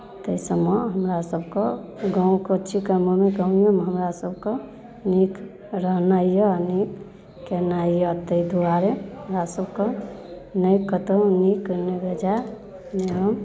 ताहि सभमे हमरासभके गाँवके हमरासभकेँ नीक रहनाइ यए नीक कयनाइ यए ताहि दुआरे हमरासभकेँ नहि कतहु नीक नहि बेजाय नहि हम